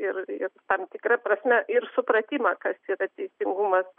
ir ir tam tikra prasme ir supratimą kas yra teisingumas